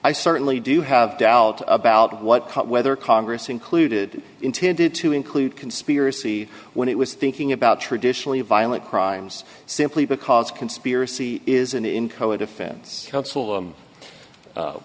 i certainly do have doubt about what whether congress included intended to include conspiracy when it was thinking about traditionally violent crimes simply because conspiracy is an in code defense counsel